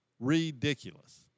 ridiculous